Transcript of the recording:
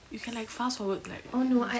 you can like fast forward to like